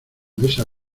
mesa